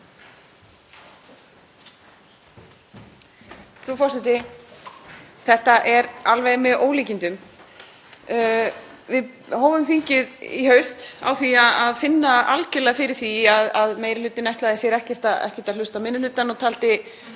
Frú forseti. Þetta er alveg með ólíkindum. Við hófum þingið í haust á því að finna algerlega fyrir því að meiri hlutinn ætlaði sér ekkert að hlusta á minni hlutann og taldi